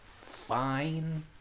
Fine